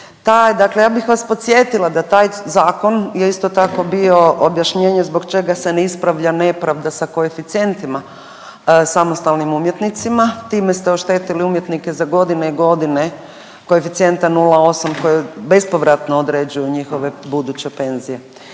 dakle ja bih vas podsjetila da taj zakon je isto tako bio objašnjenje zbog čega se ne ispravlja nepravda sa koeficijentima samostalnim umjetnicima. Time ste oštetili umjetnike za godine i godine koeficijenta 0,8 koje bespovratno određuju njihove buduće penzije.